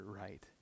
right